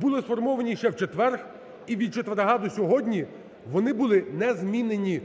були сформовані ще в четвер, і від четверга до сьогодні вони були не змінені.